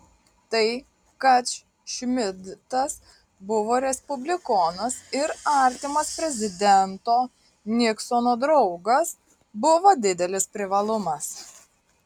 tai kad šmidtas buvo respublikonas ir artimas prezidento niksono draugas buvo didelis privalumas